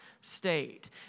state